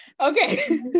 okay